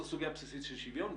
זו סוגיה בסיסית של שוויון,